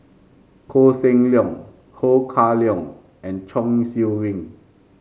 Koh Seng Leong Ho Kah Leong and Chong Siew Ying